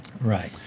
right